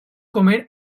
comer